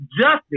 justice